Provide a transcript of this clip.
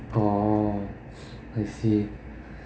oh I see